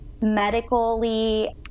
medically